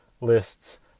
lists